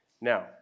Now